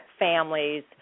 families